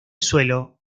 suelo